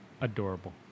adorable